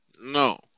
No